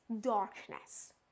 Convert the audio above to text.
darkness